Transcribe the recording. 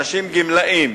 גמלאים